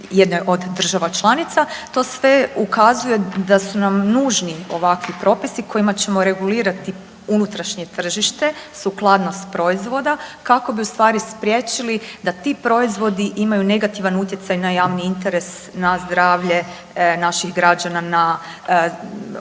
jednoj država članica. To sve ukazuje da su nam nužni ovakvi propisi kojima ćemo regulirati unutrašnje tržište, sukladnost proizvoda kako bi u stvari spriječili da ti proizvodi imaju negativan utjecaj na javni interes na zdravlje naših građana na prava